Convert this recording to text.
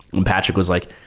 um patrick was like,